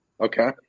Okay